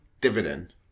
dividend